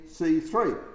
C3